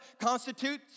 constitutes